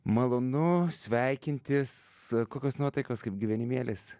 malonu sveikintis kokios nuotaikos kaip gyvenimėlis